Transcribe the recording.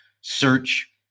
search